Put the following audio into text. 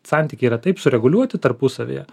santykiai yra taip sureguliuoti tarpusavyje